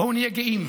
בואו נהיה גאים,